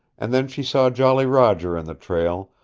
and then she saw jolly roger in the trail,